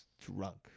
drunk